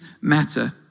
matter